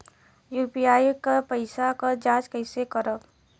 UPI के पैसा क जांच कइसे करब?